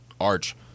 arch